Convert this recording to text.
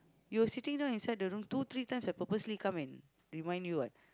you were sitting down inside the room two three times I purposely come and remind you what